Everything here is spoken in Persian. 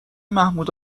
محمود